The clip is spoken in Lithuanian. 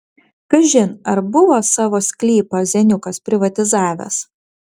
kažin ar buvo savo sklypą zeniukas privatizavęs